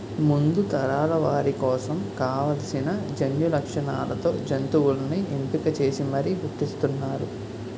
ముందు తరాల వారి కోసం కావాల్సిన జన్యులక్షణాలతో జంతువుల్ని ఎంపిక చేసి మరీ పుట్టిస్తున్నారు